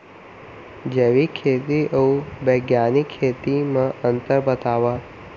जैविक खेती अऊ बैग्यानिक खेती म अंतर बतावा?